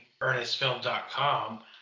ErnestFilm.com